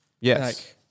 Yes